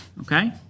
okay